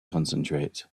concentrate